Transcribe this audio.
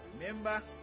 Remember